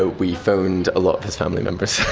ah we phoned a lot of his family members.